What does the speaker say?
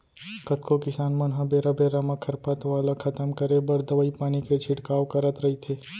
कतको किसान मन ह बेरा बेरा म खरपतवार ल खतम करे बर दवई पानी के छिड़काव करत रइथे